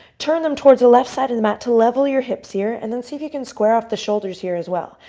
turn them toward the left side of the mat to level your hips here. and then see if you can square off the shoulders here as well.